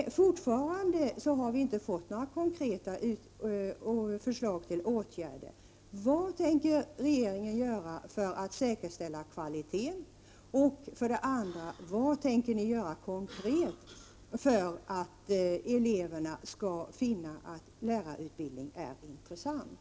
Fortfarande har vi inte fått några konkreta förslag till åtgärder. Vad tänker regeringen göra för att säkerställa kvaliteten? Och vad tänker regeringen konkret göra för att eleverna skall finna att lärarutbildningen är intressant?